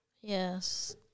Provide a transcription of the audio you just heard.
Yes